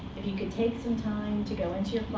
if you could take some time to go into your